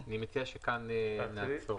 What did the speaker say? אני הייתי שם בשדה התעופה,